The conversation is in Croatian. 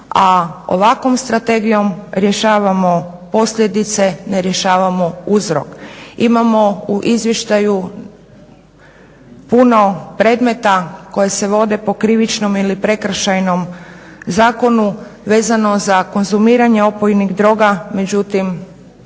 a ovakvom strategijom rješavamo posljedice ne rješavamo uzrok. Imamo u izvještaju puno predmeta koji se vode po krivičnom ili prekršajnom zakonu vezano za konzumiranje opojnih droga. Međutim,